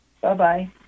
Bye-bye